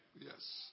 Yes